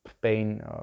pain